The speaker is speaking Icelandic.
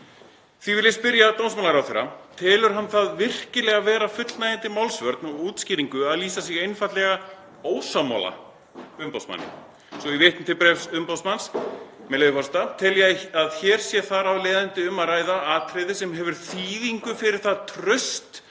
Ég vil því spyrja dómsmálaráðherra: Telur hann það virkilega vera fullnægjandi málsvörn og útskýringu að lýsa sig einfaldlega ósammála umboðsmanni? Svo að ég vitni til bréfs umboðsmanns, með leyfi forseta: „Tel ég að hér sé þar af leiðandi um að ræða atriði sem hefur þýðingu fyrir það traust